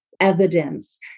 evidence